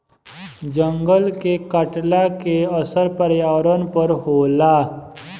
जंगल के कटला के असर पर्यावरण पर होला